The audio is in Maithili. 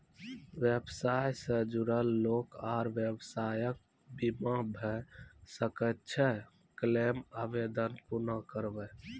व्यवसाय सॅ जुड़ल लोक आर व्यवसायक बीमा भऽ सकैत छै? क्लेमक आवेदन कुना करवै?